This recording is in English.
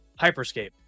hyperscape